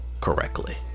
correctly